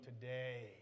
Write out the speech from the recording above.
today